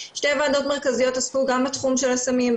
שתי ועדות מרכזיות עסקו גם בתחום של הסמים,